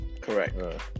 Correct